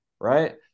right